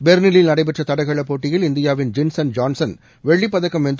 பெர்லினில் நடைபெற்ற தடகளப் போட்டியில் இந்தியாவின் ஜின்ஸன் ஜான்சன் வெள்ளிப்பதக்கம் வென்று